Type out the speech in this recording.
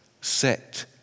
set